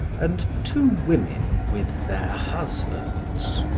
and two women with their husbands.